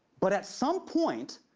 but at some point.